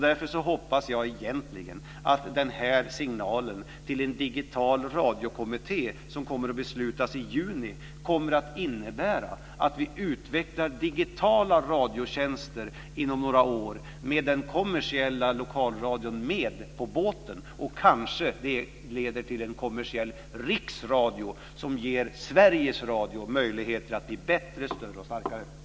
Därför hoppas jag egentligen att den här signalen till en kommitté för digital radio, som man kommer att fatta beslut om i juni, kommer att innebära att vi utvecklar digitala radiotjänster inom några år med den kommersiella lokalradion med på båten. Kanske det leder till en kommersiell riksradio som ger Sveriges radio möjligheter att bli bättre, större och starkare.